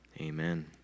Amen